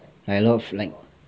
like a lot of